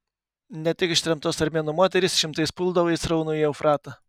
ne tik ištremtos armėnų moterys šimtais puldavo į sraunųjį eufratą